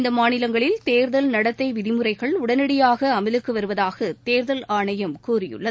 இந்த மாநிலங்களில் தேர்தல் நடத்தை விதிமுறைகள் உடனடியாக அமலுக்கு வருவதாக தேர்தல் ஆணையம் கூறியுள்ளது